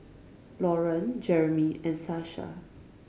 Loran Jermey and Sasha